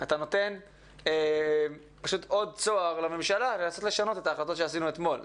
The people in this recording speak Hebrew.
אתה נותן עוד צוהר לממשלה לנסות לשנות את ההחלטות שעשינו אתמול.